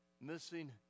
missing